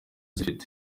zifite